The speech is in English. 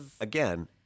Again